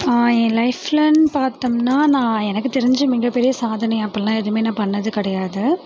என் லைஃப்பில்ன்னு பார்த்தோம்னா நான் எனக்கு தெரிஞ்சு மிகப்பெரிய சாதனை அப்படிலாம் எதுவுமே நான் பண்ணிணது கிடையாது